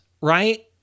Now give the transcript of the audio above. right